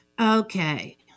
Okay